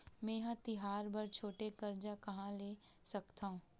मेंहा तिहार बर छोटे कर्जा कहाँ ले सकथव?